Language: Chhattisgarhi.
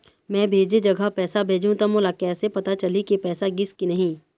मैं भेजे जगह पैसा भेजहूं त मोला कैसे पता चलही की पैसा गिस कि नहीं?